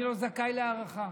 אני לא זכאי להארכה.